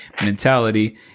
mentality